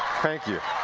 thank you.